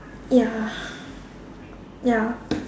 ya ya